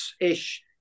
ish